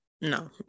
no